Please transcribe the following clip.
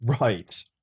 right